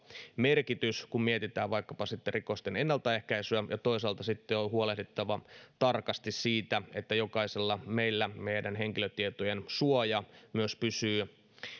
merkitys kun mietitään vaikkapa rikosten ennaltaehkäisyä ja toisaalta on on huolehdittava tarkasti siitä että jokaisella meistä henkilötietojen suoja myös